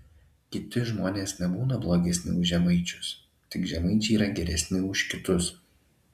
kiti žmonės nebūna blogesni už žemaičius tik žemaičiai yra geresni už kitus